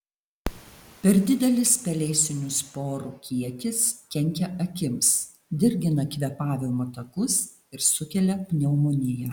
per didelis pelėsinių sporų kiekis kenkia akims dirgina kvėpavimo takus ir sukelia pneumoniją